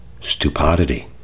Stupidity